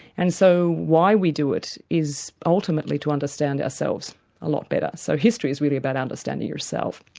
and so why we do it is ultimately to understand ourselves a lot better. so history is really about understanding yourself.